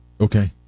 okay